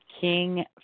King